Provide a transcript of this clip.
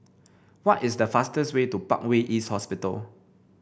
what is the fastest way to Parkway East Hospital